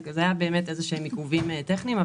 אלה היו באמת איזשהם עיכובים טכניים,